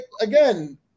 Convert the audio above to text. again